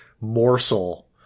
morsel